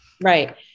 Right